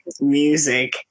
music